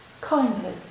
kindly